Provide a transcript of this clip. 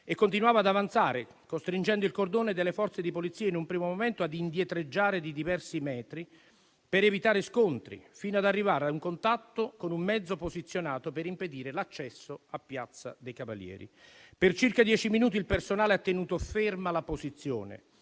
e continuava ad avanzare, costringendo il cordone delle Forze di polizia in un primo momento ad indietreggiare di diversi metri per evitare scontri, fino ad arrivare al contatto con un mezzo posizionato per impedire l'accesso a piazza dei Cavalieri. Per circa dieci minuti il personale ha tenuto ferma la posizione,